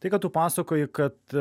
tai ką tu pasakoji kad